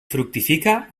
fructifica